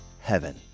Heaven